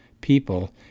people